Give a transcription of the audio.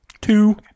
Two